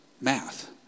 math